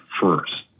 first